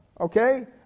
Okay